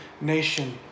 nation